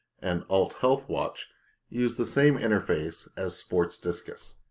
and althealth watch use the same interface as sportdiscus.